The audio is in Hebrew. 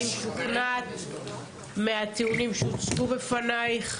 האם שוכנעת מהטיעונים שהוצגו בפנייך?